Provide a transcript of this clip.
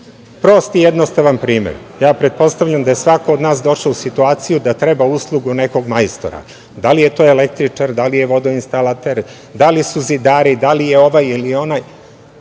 Prost i jednostavan primer, a ja pretpostavljam da je svako od nas došao u situaciju da treba uslugu nekog majstora, da li je električar, vodoinstalater, da li su zidari, ovaj ili onaj,